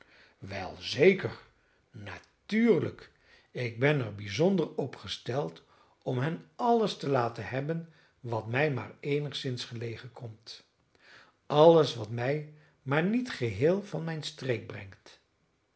wel zeker natuurlijk ik ben er bijzonder op gesteld om hen alles te laten hebben wat mij maar eenigszins gelegen komt alles wat mij maar niet geheel van mijn streek brengt